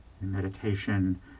meditation